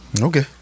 Okay